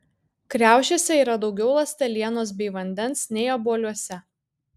kriaušėse yra daugiau ląstelienos bei vandens nei obuoliuose